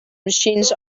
machines